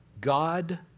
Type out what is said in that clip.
God